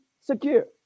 secure